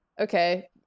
okay